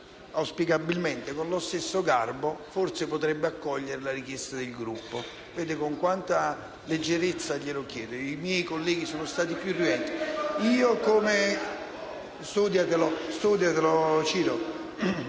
auspicabilmente, con lo stesso garbo, forse potrebbe accogliere la richiesta del Gruppo. Vede con quanta leggerezza glielo chiedo? I miei colleghi sono stati più irruenti. *(Commenti del senatore